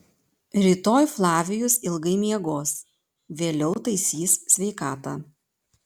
rytoj flavijus ilgai miegos vėliau taisys sveikatą